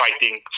fighting